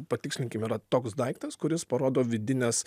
patikslinkim yra toks daiktas kuris parodo vidines